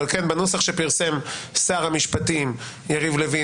אבל כן בנוסח שפרסם שר המשפטים יריב לוין,